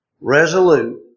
resolute